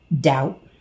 Doubt